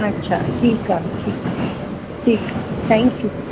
अच्छा ठीकु आहे ठीकु आहे ठीकु आहे थैक्यू